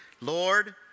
Lord